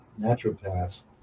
naturopaths